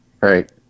Right